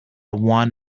want